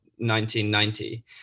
1990